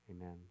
Amen